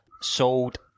sold